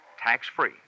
tax-free